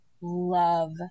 love